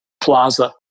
plaza